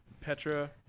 Petra